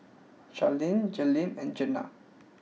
Carlene Jalen and Jeana